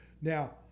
Now